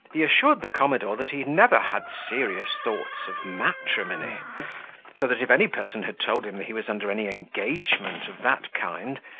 he assured the commodore that he never had serious thoughts of matrimony so that if any person had told him he was under any engagement of that kind,